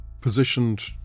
positioned